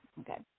Okay